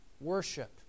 worship